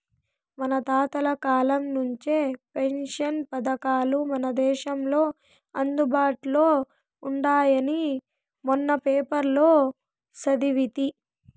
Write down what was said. మన తాతల కాలం నుంచే పెన్షన్ పథకాలు మన దేశంలో అందుబాటులో ఉండాయని మొన్న పేపర్లో సదివితి